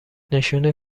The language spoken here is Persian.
نشون